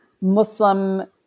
Muslim